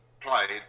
played